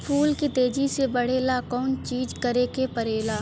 फूल के तेजी से बढ़े ला कौन चिज करे के परेला?